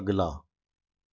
अगला